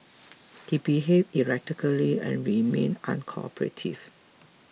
he behaved erratically and remained uncooperative